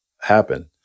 happen